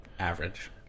Average